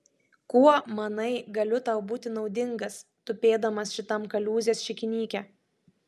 kuo manai galiu tau būti naudingas tupėdamas šitam kaliūzės šikinyke